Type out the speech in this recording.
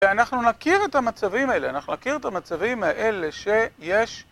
ואנחנו נכיר את המצבים האלה, אנחנו נכיר את המצבים האלה שיש